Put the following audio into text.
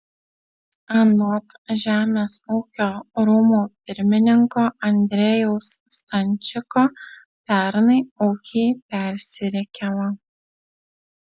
anot žemės ūkio rūmų pirmininko andrejaus stančiko pernai ūkiai persirikiavo